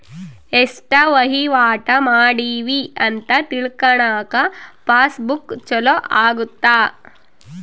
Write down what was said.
ಎಸ್ಟ ವಹಿವಾಟ ಮಾಡಿವಿ ಅಂತ ತಿಳ್ಕನಾಕ ಪಾಸ್ ಬುಕ್ ಚೊಲೊ ಅಗುತ್ತ